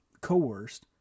coerced